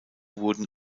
wurden